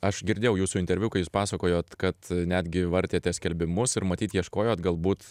aš girdėjau jūsų interviu kai jūs pasakojot kad netgi vartėte skelbimus ir matyt ieškojot galbūt